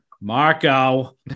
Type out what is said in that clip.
Marco